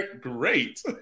great